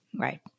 Right